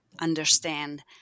understand